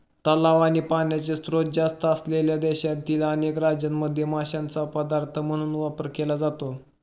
तलाव आणि पाण्याचे स्त्रोत जास्त असलेल्या देशातील अनेक राज्यांमध्ये माशांचा पदार्थ म्हणून वापर केला जातो